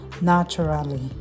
naturally